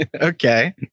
Okay